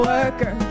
Worker